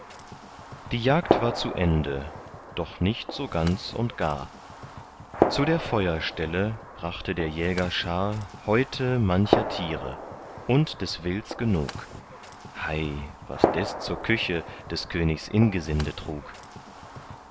die jagd war zu ende doch nicht so ganz und gar zu der feuerstelle brachte der jäger schar häute mancher tiere und des wilds genug hei was des zur küche des königs ingesinde trug